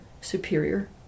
superior